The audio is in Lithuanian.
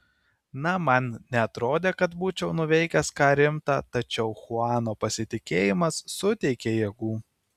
na man neatrodė kad būčiau nuveikęs ką rimta tačiau chuano pasitikėjimas suteikė jėgų